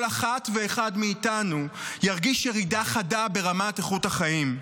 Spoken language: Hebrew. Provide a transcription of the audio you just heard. כל אחת ואחד מאיתנו ירגיש ירידה חדה ברמת איכות החיים.